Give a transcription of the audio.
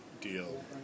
deal